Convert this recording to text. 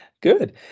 Good